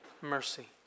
mercy